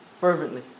fervently